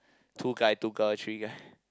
two guy two girl three guy